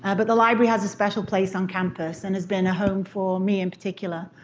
ah but the library has a special place on campus and has been a home for me in particular.